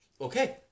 Okay